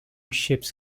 ships